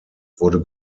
wurde